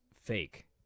fake